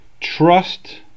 trust